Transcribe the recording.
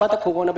בתקופת הקורונה,